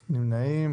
נמנעים?